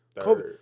Kobe